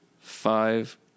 five